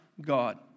God